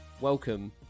Welcome